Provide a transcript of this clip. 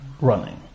running